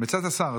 מצא את השר.